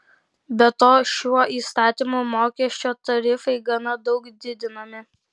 be to šiuo įstatymu mokesčio tarifai gana daug didinami